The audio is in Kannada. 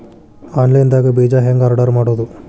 ಆನ್ಲೈನ್ ದಾಗ ಬೇಜಾ ಹೆಂಗ್ ಆರ್ಡರ್ ಮಾಡೋದು?